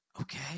okay